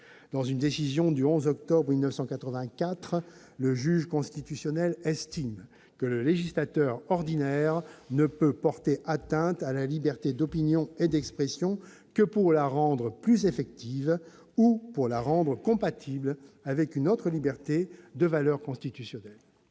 Dans une décision du 11 octobre 1984, le juge constitutionnel estime que le législateur ordinaire ne peut porter atteinte à liberté d'opinion et d'expression que pour la rendre plus effective ou pour la rendre compatible avec une autre liberté de valeur constitutionnelle.